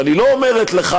אבל היא לא אומרת לך: